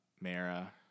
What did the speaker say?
Mara